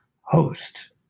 host